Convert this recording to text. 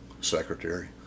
secretary